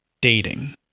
dating